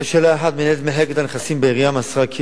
1. מנהלת מחלקת הנכסים בעירייה מסרה כי